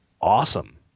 awesome